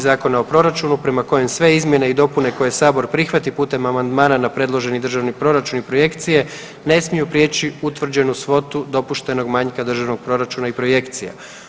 Zakona o proračunu prema kojem sve izmjene i dopune koje sabor prihvati putem amandmana na predloženi državni proračun i projekcije ne smiju prijeći utvrđenu svotu dopuštenog manjka državnog proračuna i projekcija.